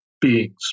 beings